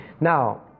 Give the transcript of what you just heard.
Now